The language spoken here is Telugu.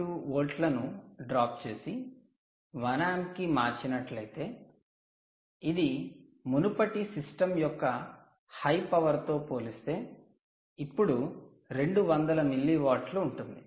2 వోల్ట్లను డ్రాప్ చేసి 1 ఆంప్ కి మార్చినట్లయితే ఇది మునుపటి సిస్టం యొక్క హై పవర్ తో పోలిస్తే ఇప్పుడు 2 వందల మిల్లీవాట్లు ఉంటుంది